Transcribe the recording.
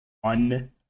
One